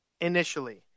initially –